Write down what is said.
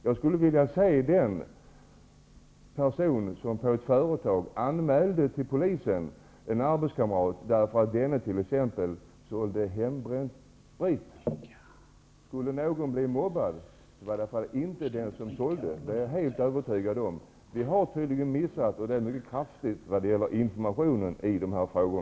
Jag skulle vilja se den person på ett företag som för polisen anmäler t.ex. att en arbetskamrat sålt hembränd sprit. Skulle någon bli mobbad, skulle det i varje fall inte vara den som sålde den här spriten. Det är jag helt övertygad om. Tydligen har vi ordentligt missat detta med information i sådana här frågor.